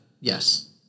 yes